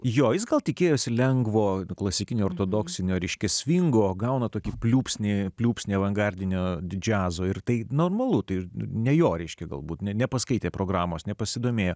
jo jis gal tikėjosi lengvo klasikinio ortodoksinio reiškia svingo gauna tokį pliūpsnį pliūpsnį avangardinio džiazo ir tai normalu tai ne jo reiškė galbūt ne nepaskaitė programos nepasidomėjo